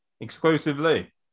Exclusively